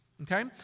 Okay